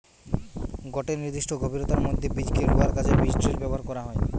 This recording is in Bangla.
গটে নির্দিষ্ট গভীরতার মধ্যে বীজকে রুয়ার কাজে বীজড্রিল ব্যবহার করা হয়